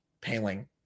paling